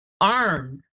armed